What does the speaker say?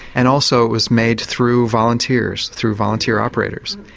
and also it was made through volunteers, through volunteer operators.